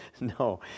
No